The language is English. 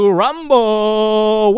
rumble